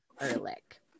Ehrlich